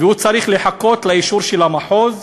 והוא צריך לחכות לאישור של המחוז,